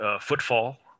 Footfall